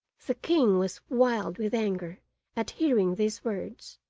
the king was wild with anger at hearing these words,